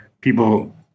people